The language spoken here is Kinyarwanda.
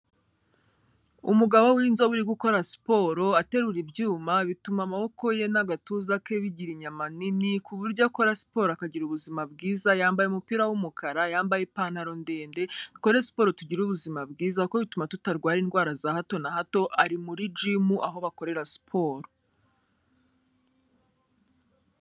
Umugabo w'inzobe uri gukora siporo aterura ibyuma, bituma amaboko ye n'agatuza ke bigira inyama nini, ku buryo akora siporo akagira ubuzima bwiza, yambaye umupira w'umukara, yambaye ipantaro ndende, dukore siporo tugira ubuzima bwiza, kuko bituma tutarwara indwara za hato na hato, ari muri gimu aho bakorera siporo.